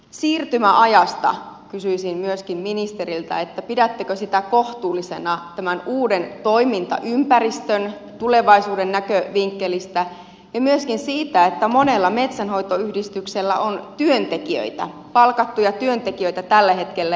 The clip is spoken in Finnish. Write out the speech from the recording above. siirtymäajasta kysyisin myöskin ministeriltä että pidättekö sitä kohtuullisena tämän uuden toimintaympäristön tulevaisuuden näkövinkkelistä ja myöskin siitä että monella metsänhoitoyhdistyksellä on työntekijöitä palkattuja työntekijöitä tällä hetkellä